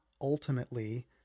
ultimately